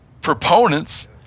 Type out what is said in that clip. proponents